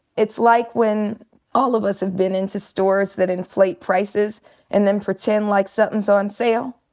it's like when all of us have been into stores that inflate prices and then pretend like something's on sale.